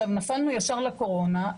אנחנו נפלנו ישר לקורונה,